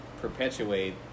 perpetuate